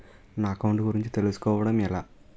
నా అకౌంట్ గురించి తెలుసు కోవడం ఎలా?